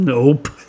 Nope